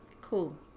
cool